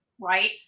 Right